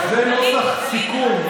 אז זה נוסח סיכום.